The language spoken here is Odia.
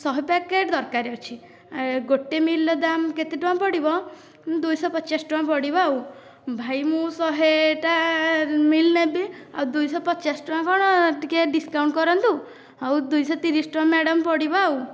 ଶହେ ପ୍ୟାକେଟ ଦରକାର ଅଛି ଗୋଟିଏ ମିଲ୍ ର ଦାମ କେତେ ଟଙ୍କା ପଡ଼ିବ ଦୁଇଶହ ପଚାଶ ଟଙ୍କା ପଡ଼ିବ ଆଉ ଭାଇ ମୁଁ ଶହେଟା ମିଲ୍ ନେବି ଆଉ ଦୁଇଶହ ପଚାଶ ଟଙ୍କା କଣ ଟିକିଏ ଡିସ୍କାଉଣ୍ଟ କରନ୍ତୁ ଆଉ ଦୁଇ ଶହ ତିରିଶ ଟଙ୍କା ମ୍ୟାଡ଼ାମ ପଡ଼ିବ ଆଉ